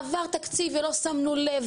עבר תקציב ולא שמנו לב,